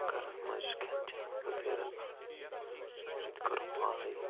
گرس منٛز یُس کھٮ۪ن چٮ۪ن وغیرہ سُہ تہِ کرُن پانے